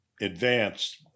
advanced